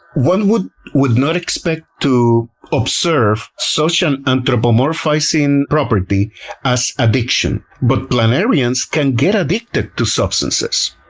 one would would not expect to observe such an anthropomorphizing property as addiction, but planarians can get addicted to substances.